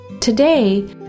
Today